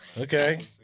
Okay